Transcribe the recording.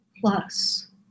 plus